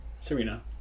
Serena